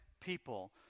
people